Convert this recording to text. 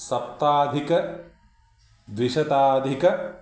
सप्ताधिकद्विशताधिकः